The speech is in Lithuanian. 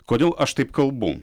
kodėl aš taip kalbu